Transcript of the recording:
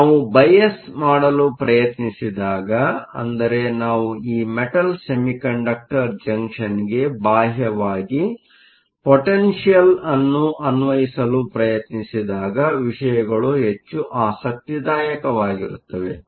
ಈಗ ನಾವು ಬಯಾಸ್ ಮಾಡಲು ಪ್ರಯತ್ನಿಸಿದಾಗ ಅಂದರೆ ನಾವು ಈ ಮೆಟಲ್ ಸೆಮಿಕಂಡಕ್ಟರ್ ಜಂಕ್ಷನ್ಗೆ ಬಾಹ್ಯವಾಗಿ ಪೊಟೆನ್ಷಿಯಲ್Potential ಅನ್ನು ಅನ್ವಯಿಸಲು ಪ್ರಯತ್ನಿಸಿದಾಗ ವಿಷಯಗಳು ಹೆಚ್ಚು ಆಸಕ್ತಿದಾಯಕವಾಗಿರುತ್ತವೆ